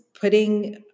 putting